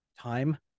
time